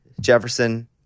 Jefferson